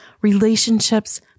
relationships